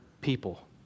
people